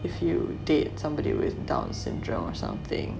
if you date somebody with down syndrome or something